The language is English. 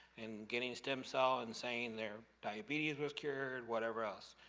and getting stem cell, and saying their diabetes was cured, whatever else.